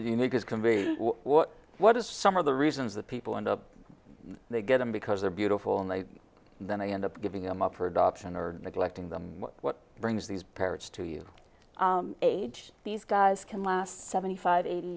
has can be what what is some of the reasons that people end up they get them because they're beautiful and they then end up giving them up for adoption or neglecting them what brings these parents to you age these guys can last seventy five eighty